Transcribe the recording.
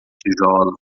tijolos